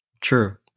True